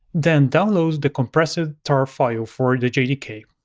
then download the compressed ah tar file for the jdk.